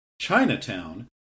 Chinatown